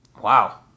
Wow